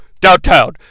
downtown